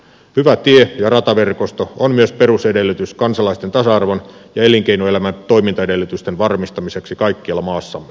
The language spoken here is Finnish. hyvä tie ja rataverkosto on myös perusedellytys kansalaisten tasa arvon ja elinkeinoelämän toimintaedellytysten varmistamiseksi kaikkialla maassamme